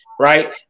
right